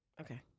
okay